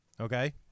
Okay